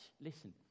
listen